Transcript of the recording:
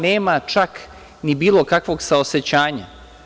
Nema čak ni bilo kakvog saosećanja.